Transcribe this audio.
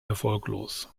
erfolglos